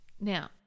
Now